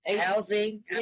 housing